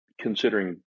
considering